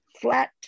flat